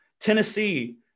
Tennessee